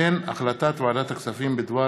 החלטת ועדת הכספים בדבר